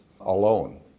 alone